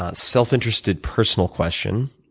ah self-interested personal question